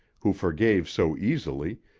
who forgave so easily,